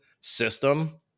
system